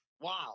Wow